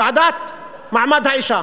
ועדת מעמד האישה.